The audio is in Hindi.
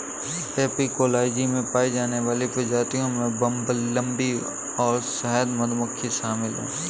एपिकोलॉजी में पाई जाने वाली प्रजातियों में बंबलबी और शहद मधुमक्खियां शामिल हैं